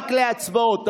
רק להצבעות.